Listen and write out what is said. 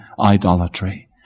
idolatry